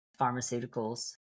pharmaceuticals